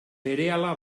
berehala